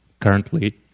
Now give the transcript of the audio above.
currently